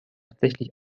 tatsächlich